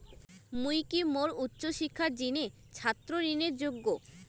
মুই কি মোর উচ্চ শিক্ষার জিনে ছাত্র ঋণের যোগ্য?